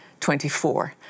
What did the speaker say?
24